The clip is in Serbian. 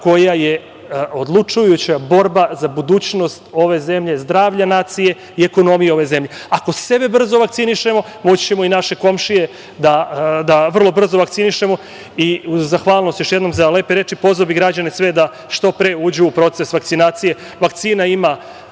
koja je odlučujuća borba za budućnost ove zemlje, zdravlja nacije i ekonomije ove zemlje. Ako sebe brzo vakcinišemo, moći ćemo i naše komšije da vrlo brzo vakcinišemo. Zahvalnost još jednom za lepe reči, pozvao bih sve građana da što pre uđu u proces vakcinacije. Vakcina ima